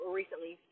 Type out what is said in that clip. recently